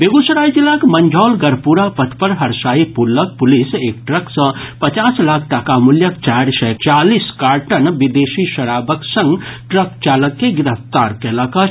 बेगूसराय जिलाक मंझौल गढ़पुरा पथ पर हरसाई पुल लऽग पुलिस एक ट्रक सँ पचास लाख टाका मूल्यक चारि सय चालीस कार्टन विदेशी शराबक संग ट्रक चालक के गिरफ्तार कयलक अछि